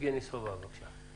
יבגני סובה, בבקשה.